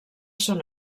són